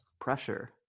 pressure